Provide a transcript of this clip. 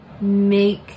make